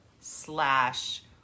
slash